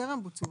בטרם בוצעו.